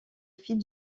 fils